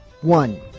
One